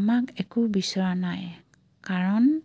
আমাক একো বিচৰা নাই কাৰণ